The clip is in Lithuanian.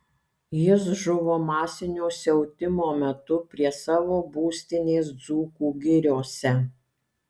jis žuvo masinio siautimo metu prie savo būstinės dzūkų giriose